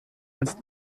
als